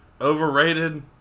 Overrated